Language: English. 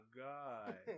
god